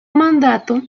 mandato